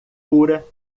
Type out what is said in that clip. pura